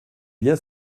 bien